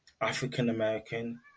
African-American